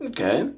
Okay